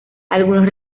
algunos